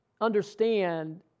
Understand